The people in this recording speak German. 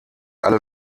alle